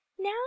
Now